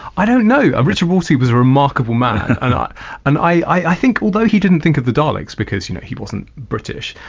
i don't know. richard rorty was a remarkable man ah and i think although he didn't think of the daleks because you know he wasn't british,